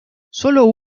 solo